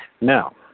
Now